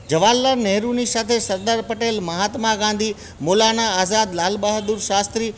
જવાહર લાલ નહેરુની સાથે સરદાર પટેલ મહાત્મા ગાંધી મોલાના આઝાદ લાલ બહાદુર શાસ્ત્રી